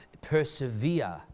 persevere